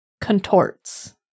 contorts